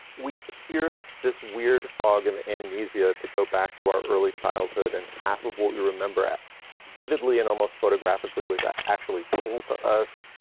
we pierce this weird fog and the amnesia to go back to our early childhood and half of what you remember it vividly and almost photographically was actually told to us,